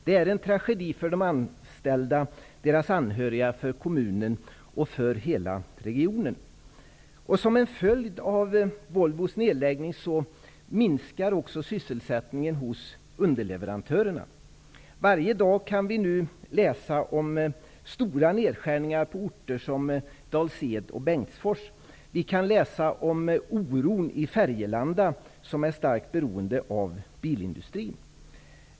Det är en tragedi för de anställda och deras anhöriga, för kommunen och för hela regionen. Som en följd av Volvos nedläggning minskar också sysselsättningen hos underleverantörerna. Vi kan varje dag läsa om stora nedskärningar på orter som Dals-Ed och Bengtsfors. Vi kan läsa om oron i Färgelanda, som är starkt beroende av bilindustrin.